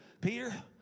Peter